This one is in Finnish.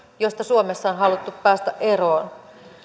josta suomessa on haluttu päästä eroon